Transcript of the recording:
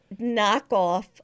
knockoff